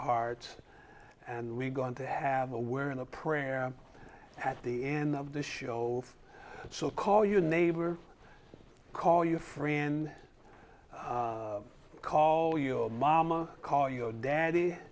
hearts and we're going to have a wear and a prayer at the end of the show so call your neighbor call your friend call your momma call your